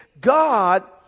god